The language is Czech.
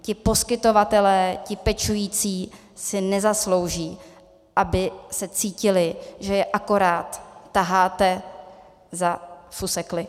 Ti poskytovatelé, ti pečující si nezaslouží, aby se cítili, že je akorát taháte za fusekli.